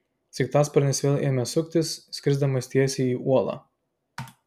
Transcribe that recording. sraigtasparnis vėl ėmė suktis skrisdamas tiesiai į uolą